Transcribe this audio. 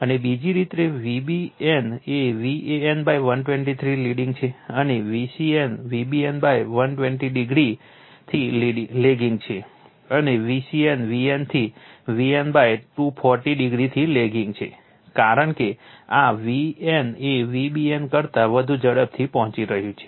અને બીજી રીતે Vbn એ Van120 o થી લેગિંગ છે અને Vcn Vbn120 o થી લેગિંગ છે અને Vcn Vn થી Vn240 o થી લેગિંગ છે કારણ કે આ Vn એ Vbn કરતાં વધુ ઝડપથી પહોંચી રહ્યું છે